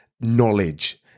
knowledge